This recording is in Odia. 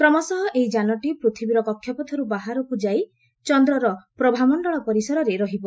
କ୍ରମଶଃ ଏହି ଯାନଟି ପୂର୍ଥବୀର କକ୍ଷପଥରୁ ବାହାରକୁ ଯାଇ ଚନ୍ଦ୍ରର ପ୍ରଭାମଶ୍ଚଳ ପରିସରରେ ରହିବ